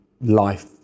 life